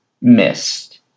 missed